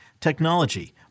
technology